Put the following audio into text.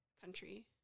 country